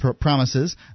promises